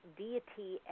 deity